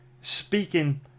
Speaking